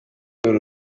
uru